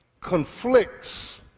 conflicts